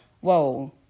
whoa